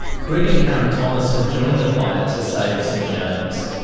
greg and karen thomas have joined the fight to save st james.